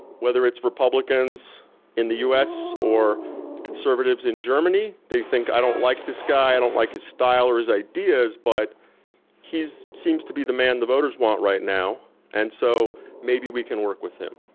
whether it's republicans in the us or conservatives in germany, they think i don't like this guy, i don't like his style or his ideas but he seems to be the man the voters want right now and so maybe we can work with him.